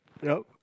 yup